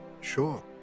Sure